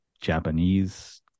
Japanese